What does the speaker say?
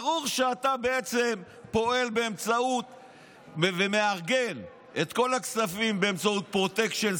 ברור שאתה בעצם פועל ומארגן את כל הכספים באמצעות פרוטקשן,